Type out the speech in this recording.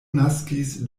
naskis